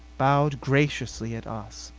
bowed graciously at us.